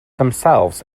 themselves